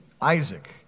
Isaac